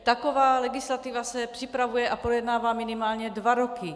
Taková legislativa se připravuje a projednává minimálně dva roky.